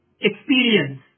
experience